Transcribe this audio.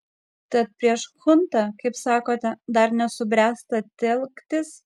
tad prieš chuntą kaip sakote dar nesubręsta telktis